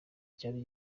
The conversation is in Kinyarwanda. cyari